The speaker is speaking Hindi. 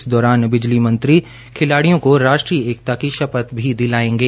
इस दौरान बिजली मंत्री खिलाड़ियों को राष्ट्रीय एकता की शपथ भी दिलाएंगे